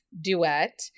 duet